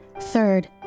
Third